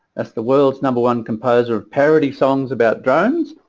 as the world's number-one composer of parody songs about drones,